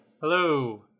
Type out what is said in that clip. Hello